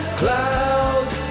clouds